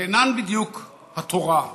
שאינן בדיוק התורה.